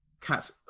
Cat